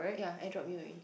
ya airdrop you already